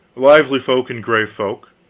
lively folk and grave folk.